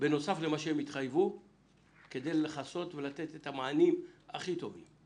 בנוסף למה שהם התחייבו כדי לכסות ולתת את המענים הכי טובים.